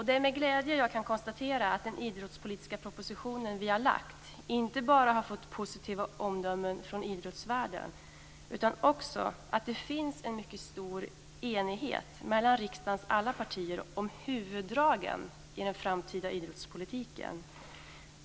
Det är med glädje jag kan konstatera att den idrottspolitiska proposition som vi har lagt fram inte bara har fått positiva omdömen från idrottsvärlden, utan att det också finns en mycket stor enighet mellan riksdagens alla partier om huvuddragen i den framtida idrottspolitiken.